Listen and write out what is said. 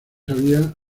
había